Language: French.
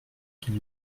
qu’il